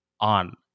on